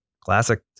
Classic